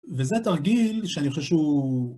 וזה תרגיל שאני חושב שהוא...